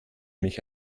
mich